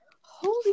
Holy